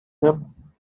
him